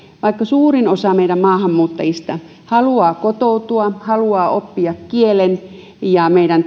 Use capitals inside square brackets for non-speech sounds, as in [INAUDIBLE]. vaikka suurin osa meidän maahanmuuttajista haluaa kotoutua haluaa oppia kielen ja meidän [UNINTELLIGIBLE]